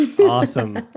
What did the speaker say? Awesome